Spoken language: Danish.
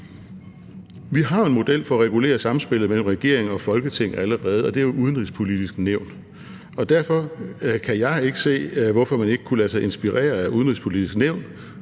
Vi har en model for at regulere samspillet mellem regeringen og Folketinget allerede, og det er Det Udenrigspolitiske Nævn. Derfor kan jeg ikke se, hvorfor man ikke kunne lade sig inspirere af Det Udenrigspolitiske Nævn